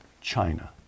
China